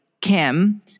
Kim